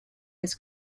his